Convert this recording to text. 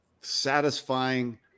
satisfying